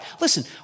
Listen